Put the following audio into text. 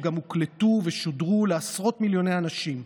והן גם הוקלטו ושודרו לעשרות מיליוני אנשים.